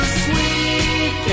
sweet